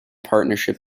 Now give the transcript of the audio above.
partnership